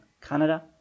Canada